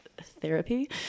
therapy